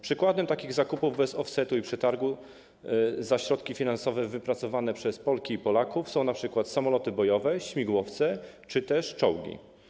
Przykładem takich zakupów bez offsetu i przetargu za środki finansowe wypracowane przez Polki i Polaków są np. samoloty bojowe, śmigłowce czy też czołgi.